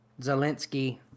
Zelensky